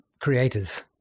creators